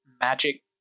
magic